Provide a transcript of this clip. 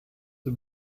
the